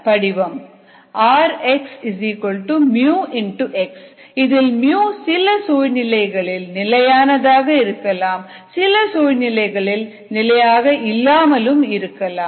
rx x இதில் சில சூழ்நிலையில் நிலையானதாக இருக்கலாம் சில சூழ்நிலைகளில் நிலையாக இல்லாமலும் போகலாம்